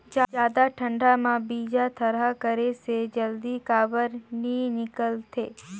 जादा ठंडा म बीजा थरहा करे से जल्दी काबर नी निकलथे?